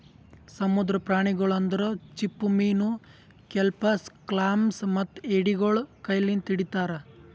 ಸಮುದ್ರದ ಪ್ರಾಣಿಗೊಳ್ ಅಂದುರ್ ಚಿಪ್ಪುಮೀನು, ಕೆಲ್ಪಸ್, ಕ್ಲಾಮ್ಸ್ ಮತ್ತ ಎಡಿಗೊಳ್ ಕೈ ಲಿಂತ್ ಹಿಡಿತಾರ್